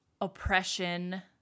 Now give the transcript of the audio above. oppression